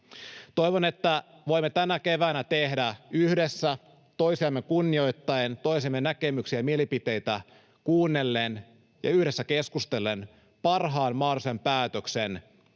Toivon, että voimme tänä keväänä tehdä yhdessä toisiamme kunnioittaen, toisemme näkemyksiä ja mielipiteitä kuunnellen ja yhdessä keskustellen parhaan mahdollisen päätöksen,